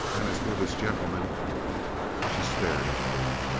and as for this gentleman she stared at me.